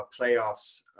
playoffs